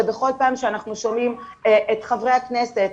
בכל פעם שאנחנו שומעים את חברי הכנסת,